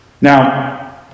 Now